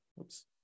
Oops